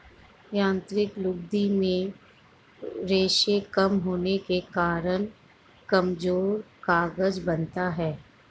यांत्रिक लुगदी में रेशें कम होने के कारण कमजोर कागज बनता है